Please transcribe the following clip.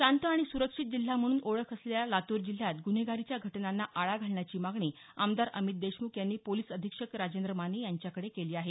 शांत आणि सुरक्षित जिल्हा म्हणून ओळख असलेल्या लातूर जिल्ह्यात ग्न्हेगारीच्या घटनांना आळा घालण्याची मागणी आमदार अमित देशमुख यांनी पोलीस अधिक्षक राजेंद्र माने यांच्याकडे केली आहे